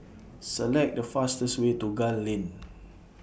Select The fastest Way to Gul Lane